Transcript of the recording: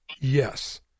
Yes